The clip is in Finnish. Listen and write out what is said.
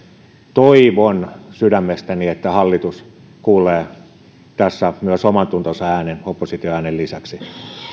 toivon sydämestäni että hallitus kuulee tässä myös omantuntonsa äänen opposition äänen lisäksi